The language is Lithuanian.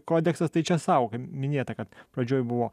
kodeksas tai čia sau minėta kad pradžioj buvo